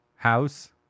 House